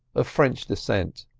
of french descent,